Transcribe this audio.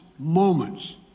moments